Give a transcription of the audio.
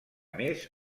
més